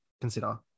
consider